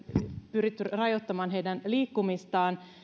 pyritty rajoittamaan heidän liikkumistaan